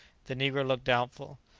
the negro looked doubtful.